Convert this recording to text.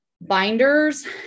binders